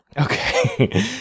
Okay